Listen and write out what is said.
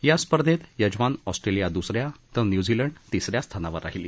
या स्पर्धेत यजमान ऑस्ट्रेलिया द्रस या तर न्यूझीलंड तिस या स्थानावर राहिली